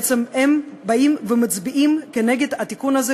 בעצם הם באים ומצביעים נגד התיקון הזה,